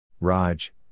Raj